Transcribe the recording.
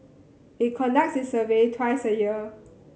it conducts its survey twice a year